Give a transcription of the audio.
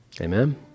Amen